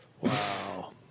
Wow